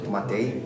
Matei